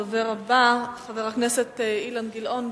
הדובר הבא, חבר הכנסת אילן גילאון.